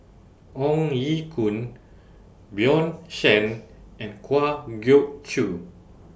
Ong Ye Kung Bjorn Shen and Kwa Geok Choo